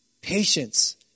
patience